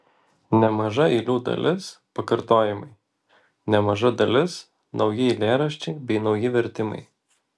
nemaža eilių dalis pakartojimai nemaža dalis nauji eilėraščiai bei nauji vertimai